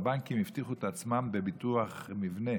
והבנקים הבטיחו את עצמם בביטוח מבנה